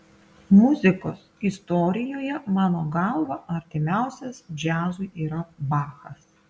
muzikos istorijoje mano galva artimiausias džiazui yra bachas